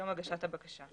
"יום הגשת הבקשה").